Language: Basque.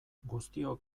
guztiok